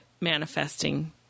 manifesting